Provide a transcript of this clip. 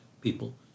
people